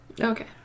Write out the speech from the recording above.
Okay